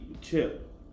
chip